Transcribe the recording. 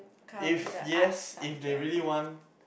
if yes if they really want